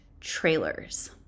trailers